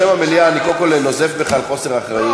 בשם המליאה אני קודם כול נוזף בך על חוסר האחריות.